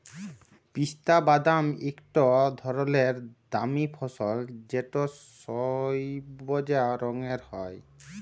পিস্তা বাদাম ইকট ধরলের দামি ফসল যেট সইবজা রঙের হ্যয়